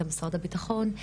את משרד הביטחון,